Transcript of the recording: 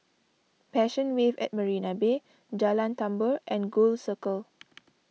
Passion Wave at Marina Bay Jalan Tambur and Gul Circle